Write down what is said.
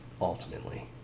ultimately